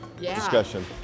Discussion